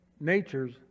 natures